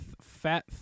fat